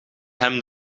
hem